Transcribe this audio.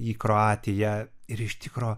į kroatiją ir iš tikro